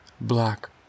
black